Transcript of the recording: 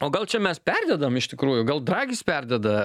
o gal čia mes perdedam iš tikrųjų gal dragis perdeda